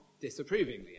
disapprovingly